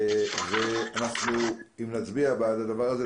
זה האפיק הטוב ביותר.